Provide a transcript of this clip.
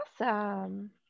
Awesome